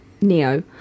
Neo